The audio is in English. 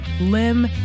limb